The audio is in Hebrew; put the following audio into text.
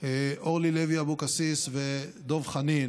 אורלי לוי אבקסיס ודב חנין,